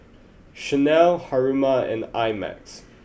Chanel Haruma and I Max